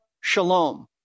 Shalom